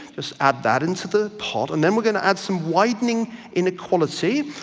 just add that into the pot, and then we're going to add some widening inequality,